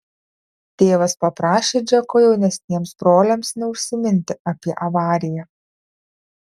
tėvas paprašė džeko jaunesniems broliams neužsiminti apie avariją